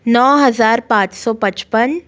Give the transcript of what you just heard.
नौ हज़ार पाँच सौ पचपन